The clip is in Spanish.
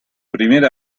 primera